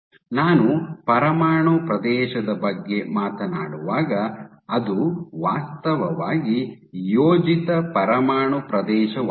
ನಾನು ಪರಮಾಣು ಪ್ರದೇಶದ ಬಗ್ಗೆ ಮಾತನಾಡುವಾಗ ಅದು ವಾಸ್ತವವಾಗಿ ಯೋಜಿತ ಪರಮಾಣು ಪ್ರದೇಶವಾಗಿದೆ